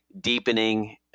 deepening